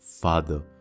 father